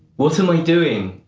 what am i doing?